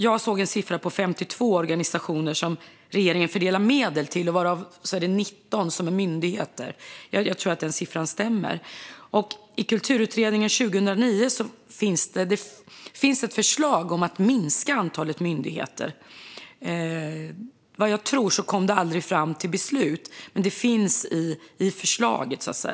Jag såg en siffra på 52 organisationer som regeringen fördelar medel till, varav 19 är myndigheter. Jag tror att den siffran stämmer. I Kulturutredningen från 2009 finns det ett förslag om att minska antalet myndigheter. Jag tror att det aldrig kom så långt som till förslag till beslut. Men det finns med i förslaget.